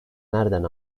nereden